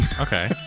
okay